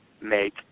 make